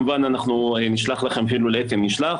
ונשלח אותו גם אליך אתי.